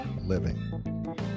living